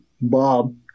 Bob